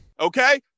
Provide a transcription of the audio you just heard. Okay